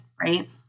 right